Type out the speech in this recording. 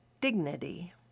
dignity